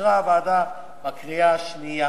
שאישרה הוועדה בקריאה השנייה